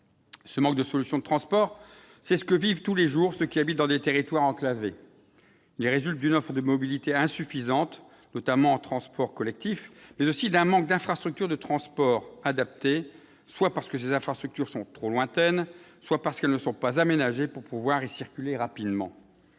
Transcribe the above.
Le manque de solutions de transport, c'est ce que vivent tous les jours ceux qui habitent dans des territoires enclavés. Il résulte d'une offre de mobilité insuffisante, notamment en matière de transports collectifs, mais aussi d'un manque d'infrastructures de transport adaptées, soit parce que ces infrastructures sont trop lointaines, soit parce qu'elles ne sont pas aménagées pour permettre une circulation rapide.